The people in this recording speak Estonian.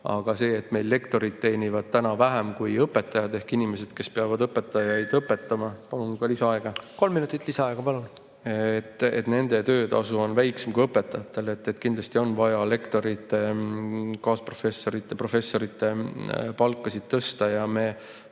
aga see, et meil lektorid teenivad täna vähem kui õpetajad, ehk inimesed, kes peavad õpetajaid õpetama ... Palun ka lisaaega. Kolm minutit lisaaega, palun! Kolm minutit lisaaega, palun! ... nende töötasu on väiksem kui õpetajatel, siis kindlasti on vaja lektorite, kaasprofessorite, professorite palka tõsta. Me